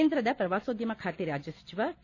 ಕೇಂದ್ರದ ಶ್ರವಾಸೋದ್ಯಮ ಖಾತೆ ರಾಜ್ಯ ಸಚಿವ ಕೆ